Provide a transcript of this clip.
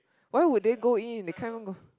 why would they go in they can't even go